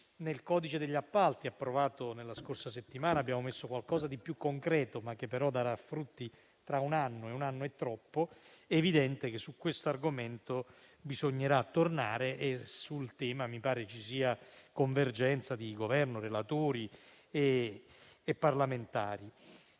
Nel codice degli appalti, approvato la scorsa settimana, abbiamo messo qualcosa di più concreto, che però darà frutti tra un anno, un arco temporale troppo lungo. È evidente che sull'argomento bisognerà tornare e mi pare che sul tema ci sia convergenza di Governo, relatori e parlamentari.